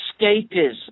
Escapism